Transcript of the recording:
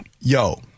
Yo